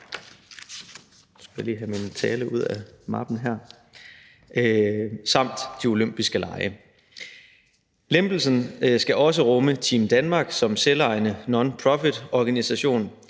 sågar globale mesterskaber samt de olympiske lege. Lempelsen skal også rumme Team Danmark som selvejende nonprofitorganisation,